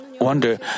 wonder